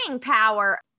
power